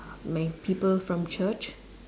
my people from church